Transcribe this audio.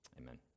Amen